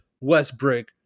Westbrook